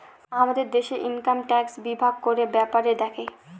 আমাদের দেশে income tax বিভাগ কর ব্যাপারে দেখে